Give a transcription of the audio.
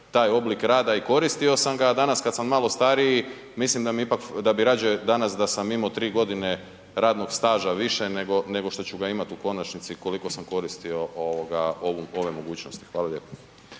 taj oblik rada i koristio sam ga, a danas kad sam malo stariji mislim da bi rađe danas da sam imao 3 godine radnog staža više nego što ću ga imati u konačnici koliko sam koristio ovoga ove mogućnosti. Hvala lijepo.